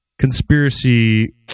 conspiracy